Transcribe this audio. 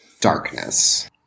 darkness